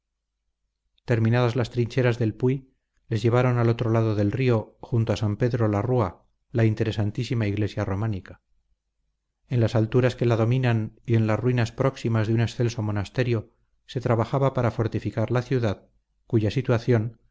terminadas las trincheras del puy les llevaron al otro lado del río junto a san pedro la rúa la interesantísima iglesia románica en las alturas que la dominan y en las ruinas próximas de un excelso monasterio se trabajaba para fortificar la ciudad cuya situación